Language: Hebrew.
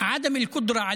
אני מכבד את